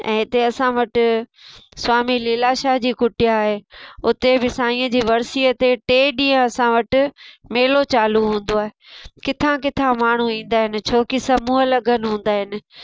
ऐं हिते असां वटि स्वामी लीलाशाह जी कुटिया आहे उते बि सांईअ जी वर्सी ते टे ॾींहं असां वटि मेलो चालू हूंदो आहे किथां किथां माण्हू ईंदा आहिनि छो की समूह लगन हूंदा आहिनि